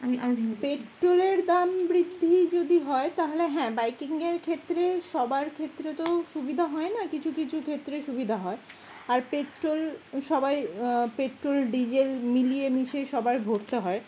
পেট্রোলের দাম বৃদ্ধি যদি হয় তাহলে হ্যাঁ বাইকিংয়ের ক্ষেত্রে সবার ক্ষেত্রে তো সুবিধা হয় না কিছু কিছু ক্ষেত্রে সুবিধা হয় আর পেট্রোল সবাই পেট্রোল ডিজেল মিলিয়ে মিশিয়ে সবার ভরতে হয়